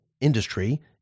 industry